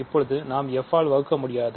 இப்போது நாம் f ஆல் வகுக்க முடியாது